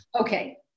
okay